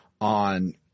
on